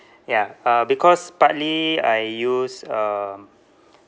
ya uh because partly I use um